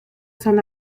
son